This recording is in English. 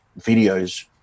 videos